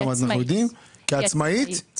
היא עצמאית.